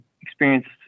experienced